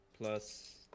plus